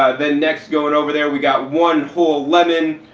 then next going over there we've got one whole lemon,